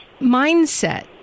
mindset